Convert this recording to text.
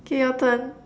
okay your turn